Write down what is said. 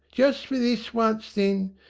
jist for this once, then.